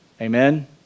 Amen